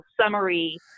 summary